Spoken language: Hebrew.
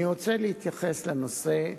אני רוצה להתייחס לנושא.